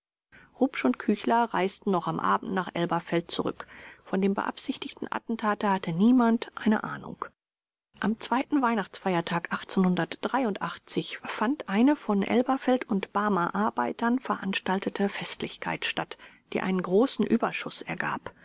rupsch und küchler reisten noch am abend nach elberfeld zurück von dem beabsichtigten attentate hatte niemand eine ahnung am zweiten weihnachtsfeiertag fand eine von elberfelder und barmer arbeitern veranstaltete festlichkeit statt die einen großen überschuß ergab